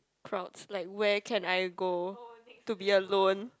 crowds like where can I go to be alone